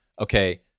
okay